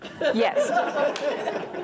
Yes